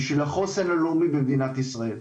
בשביל החוסן הלאומי במדינת ישראל.